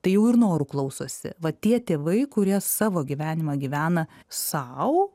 tai jau ir norų klausosi va tie tėvai kurie savo gyvenimą gyvena sau